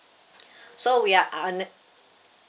so we are un~